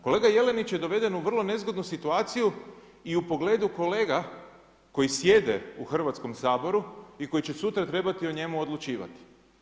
Kolega Jelenić je doveden u vrlo nezgodnu situaciju i u pogledu kolega koji sjede u Hrvatskom saboru i koji će sutra trebati o njemu odlučivati.